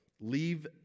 leave